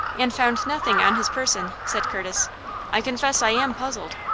and found nothing on his person, said curtis i confess i am puzzled.